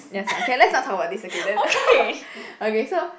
ya sia okay let's not talk about this okay then okay so